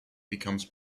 becomes